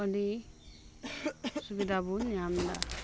ᱟᱹᱰᱤ ᱥᱩᱵᱤᱫᱷᱟ ᱵᱚᱱ ᱧᱟᱢ ᱮᱫᱟ